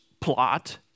plot